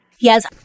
Yes